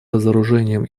разоружением